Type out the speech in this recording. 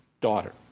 daughter